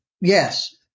Yes